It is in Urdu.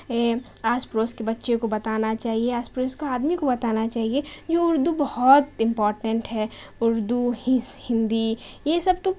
اے آس پڑوس کے بچے کو بتانا چاہیے آس پڑوس کو آدمی کو بتانا چاہیے جو اردو بہت امپورٹینٹ ہے اردو ہندی یہ سب تو